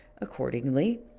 accordingly